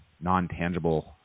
non-tangible